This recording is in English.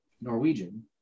Norwegian